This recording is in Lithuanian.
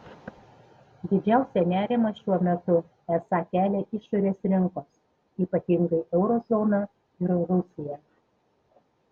didžiausią nerimą šiuo metu esą kelia išorės rinkos ypatingai euro zona ir rusija